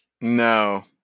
No